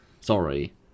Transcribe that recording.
sorry